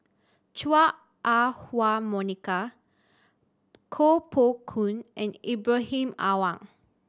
Chua Ah Huwa Monica Koh Poh Koon and Ibrahim Awang